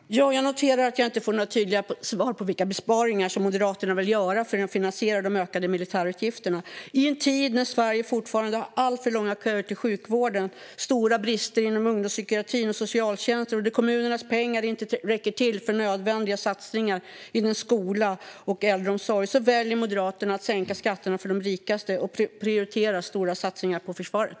Herr ålderspresident! Jag noterar att jag inte får några tydliga svar på vilka besparingar Moderaterna vill göra för att finansiera de ökade militärutgifterna. I en tid när Sverige fortfarande har alltför långa köer till sjukvården och stora brister inom ungdomspsykiatrin och socialtjänsten och kommunernas pengar inte räcker till för nödvändiga satsningar inom skola och äldreomsorg väljer Moderaterna att sänka skatterna för de rikaste och prioritera stora satsningar på försvaret.